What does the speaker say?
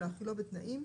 או להחילו בתנאים,